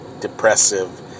depressive